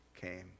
came